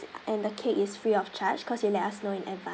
and the cake is free of charge cause you let us know in advance